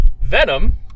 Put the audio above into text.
Venom